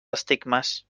estigmes